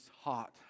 hot